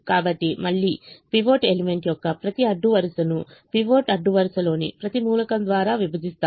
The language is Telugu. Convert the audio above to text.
కాబట్టి మళ్ళీ పైవట్ ఎలిమెంట్ యొక్క ప్రతి అడ్డు వరుసను పివట్ అడ్డు వరుసలోని ప్రతి మూలకం ద్వారా విభజిస్తాము